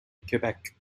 quebec